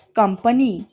company